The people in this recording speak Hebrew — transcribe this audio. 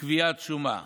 בקביעת שומה,